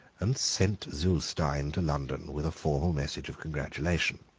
and sent zulestein to london with a formal message of congratulation.